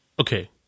okay